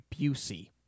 Busey